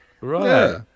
Right